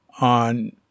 on